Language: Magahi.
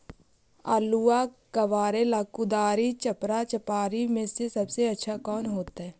आलुआ कबारेला कुदारी, चपरा, चपारी में से सबसे अच्छा कौन होतई?